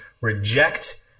reject